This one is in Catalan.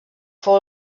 fou